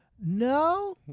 no